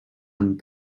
amb